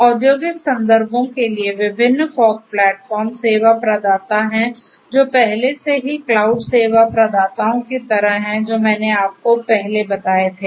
औद्योगिक संदर्भों के लिए विभिन्न फ़ॉग प्लेटफ़ॉर्म सेवा प्रदाता हैं जो पहले से ही क्लाउड सेवा प्रदाताओं की तरह हैं जो मैंने आपको पहले बताए थे